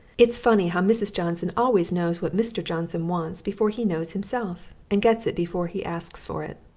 it's funny how mrs. johnson always knows what mr. johnson wants before he knows himself and gets it before he asks for it!